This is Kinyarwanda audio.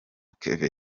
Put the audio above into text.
kevin